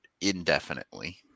indefinitely